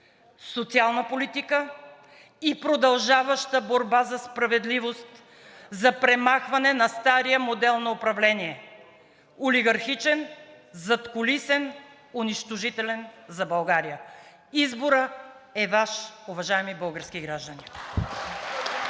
социална политика и продължаваща борба за справедливост за премахване на стария модел на управление – олигархичен, задкулисен, унищожителен за България. Изборът е Ваш, уважаеми български граждани.